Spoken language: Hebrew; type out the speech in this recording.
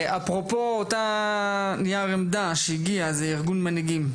אפרופו אותו נייר עמדה שהגיע מארגון מנהיגים.